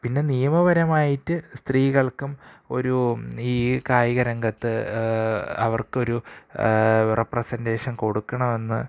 പിന്നെ നിയമപരമായിട്ട് സ്ത്രീകള്ക്കും ഒരു ഈ കായികരംഗത്ത് അവര്ക്കൊരു റെപ്രസന്റെഷന് കൊടുക്കണമെന്ന്